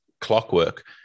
clockwork